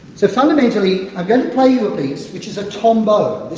so fundamentally i'm going to play you a piece which is a tombeau.